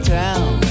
town